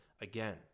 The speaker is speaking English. again